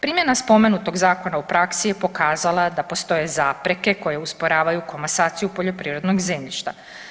Primjena spomenutog zakona u praksi je pokazala da postoje zapreke koje usporavaju komasaciju poljoprivrednog zemljišta.